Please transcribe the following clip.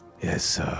Yes